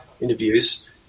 interviews